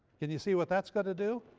can you see what that's going to do?